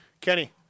Kenny